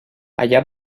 allà